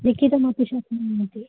लिखितम् अपि शक्नुवन्ति